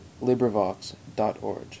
LibriVox.org